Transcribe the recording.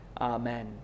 Amen